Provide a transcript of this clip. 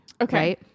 Okay